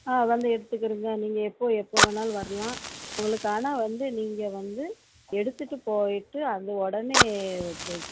ஆ வந்து எடுத்துக்கிறீங்களா நீங்கள் எப்போது எப்போது வேணாலும் வரலாம் உங்களுக்கு ஆனால் வந்து நீங்கள் வந்து எடுத்துகிட்டு போயிட்டு அதை உடனே வச்சு